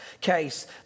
case